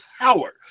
power